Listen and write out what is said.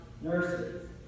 nurses